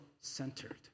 centered